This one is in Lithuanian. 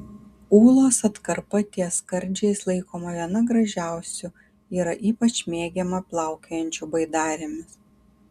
ūlos atkarpa ties skardžiais laikoma viena gražiausių yra ypač mėgiama plaukiojančių baidarėmis